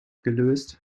gelöst